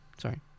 Sorry